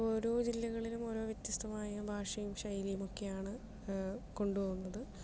ഓരോ ജില്ലകളിലും ഓരോ വ്യത്യസ്തമായ ഭാഷയും ശൈലിയുമൊക്കെയാണ് കൊണ്ടു പോകുന്നത്